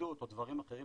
התאגדות או דברים אחרים